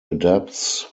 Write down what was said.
adapts